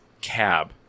cab